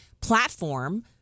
platform